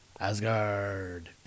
Asgard